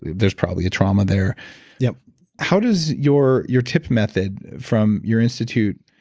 there's probably a trauma there yep how does your your tip method from your institute,